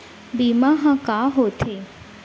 बीमा ह का होथे?